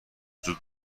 زود